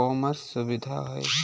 commerce सुविधा हइ